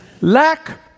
Lack